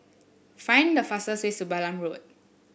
find the fastest way to Balam Road